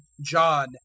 John